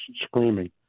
screaming